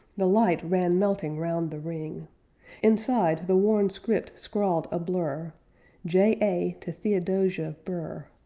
the light ran melting round the ring inside the worn script scrawled a-blur j a. to theodosia burr'